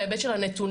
ההיבט של הנתונים.